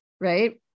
right